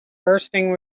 bursting